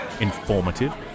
informative